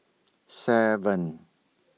seven